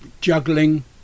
juggling